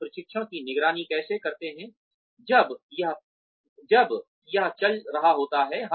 हम प्रशिक्षण की निगरानी कैसे करते हैं जब यह चल रहा होता है